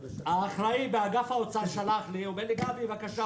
האחראי באגף האוצר שלח לי ואמר לי: גבי בבקשה,